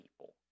people